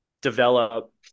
develop